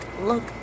look